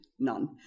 none